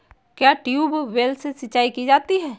क्या ट्यूबवेल से सिंचाई की जाती है?